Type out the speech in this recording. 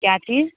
क्या चीज़